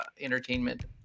entertainment